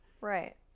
Right